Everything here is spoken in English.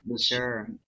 Sure